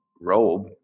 robe